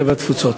הקליטה והתפוצות.